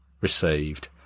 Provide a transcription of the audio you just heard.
received